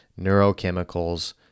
neurochemicals